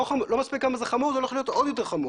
לא מספיק כמה זה חמור זה הולך להיות עוד יותר חמור.